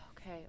Okay